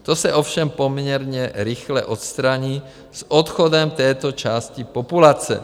To se ovšem poměrně rychle odstraní s odchodem této části populace.